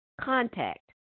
contact